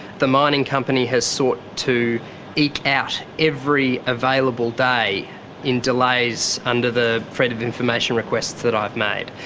the mining company has sought to eke out every available day in delays under the freedom of information requests that i've made.